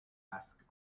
asked